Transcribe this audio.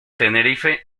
tenerife